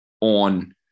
on